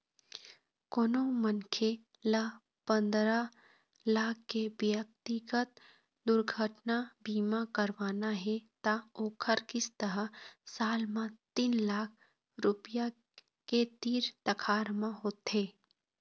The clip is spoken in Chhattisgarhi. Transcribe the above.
कोनो मनखे ल पंदरा लाख के ब्यक्तिगत दुरघटना बीमा करवाना हे त ओखर किस्त ह साल म तीन लाख रूपिया के तीर तखार म होथे